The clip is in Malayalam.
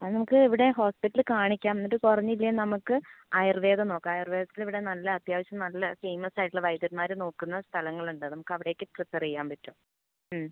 അത് നമുക്ക് ഇവിടെ ഹോസ്പിറ്റലിൽ കാണിക്കാം എന്നിട്ട് കുറഞ്ഞില്ലെങ്കിൽ നമുക്ക് ആയുർവേദം നോക്കാം ആയുർവേദത്തിൽ ഇവിടെ നല്ല അത്യാവശ്യം നല്ല ഫേമസ് ആയിട്ടുള്ള വൈദ്യന്മാർ നോക്കുന്ന സ്ഥലങ്ങൾ ഉണ്ട് നമുക്ക് അവിടേക്ക് പ്രിഫെർ ചെയ്യാൻ പറ്റും മ്